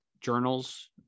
journals